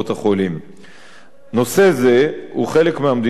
נושא זה הוא חלק מהמדיניות האסטרטגית של המשרד,